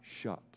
shut